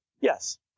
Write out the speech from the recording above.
Yes